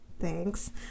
thanks